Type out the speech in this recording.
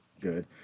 good